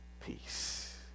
peace